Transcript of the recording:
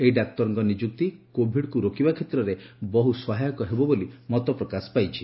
ଏହି ଡାକ୍ତରଙ୍କ ନିଯୁକ୍ତି କୋଭିଡ୍କୁ ରୋକିବା କ୍ଷେତ୍ରରେ ବହୁ ସହାୟକ ହେବ ବୋଲି ମତପ୍ରକାଶ ପାଇଛି